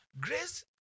Grace